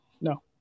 No